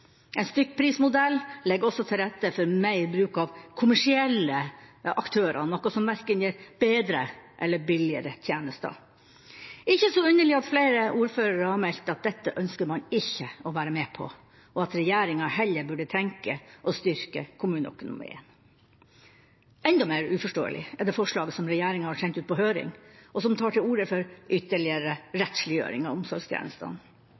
En stykkprismodell legger også til rette for mer bruk av kommersielle aktører, noe som verken gir bedre eller billigere tjenester. Det er ikke så underlig at flere ordførere har meldt at dette ønsker man ikke å være med på, og at regjeringa heller burde tenke på å styrke kommuneøkonomien. Enda mer uforståelig er det forslaget som regjeringa har sendt ut på høring, og som tar til orde for ytterligere rettsliggjøring av omsorgstjenestene.